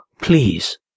please